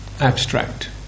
abstract